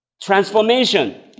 transformation